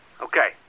Okay